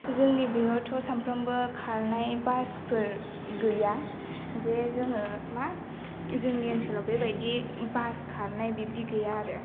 जोंनि बियावथ' सामफ्रामबो खारनाय बासफोर गैया जे जोङो मा जोंनि ओनसोलआव बेबायदि बास खारनाय बिब्दि गैया आरो